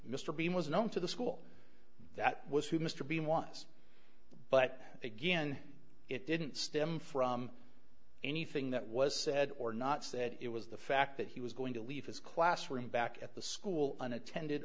mr bean was known to the school that was who mr bean was but again it didn't stem from anything that was said or not said it was the fact that he was going to leave his classroom back at the school and attended